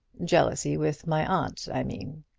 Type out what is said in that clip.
jealousy with my aunt, i mean.